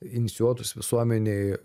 inicijuotus visuomenėj